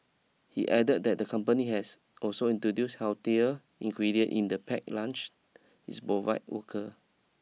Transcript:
he added that the company has also introduce healthier ingredient in the pack lunch it's provide worker